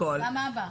לגמרי, אבל גם אבא.